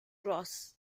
gross